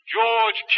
George